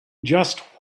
just